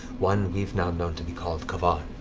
one we've now known to be called k'varn.